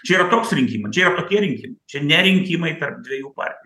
čia yra toks rinkimas čia yra tokie rinkimai čia ne rinkimai tarp dviejų partijų